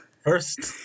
First